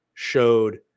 showed